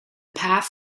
path